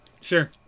Sure